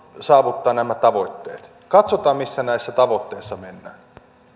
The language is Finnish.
saavuttaa nämä tavoitteet katsotaan missä näissä tavoitteissa mennään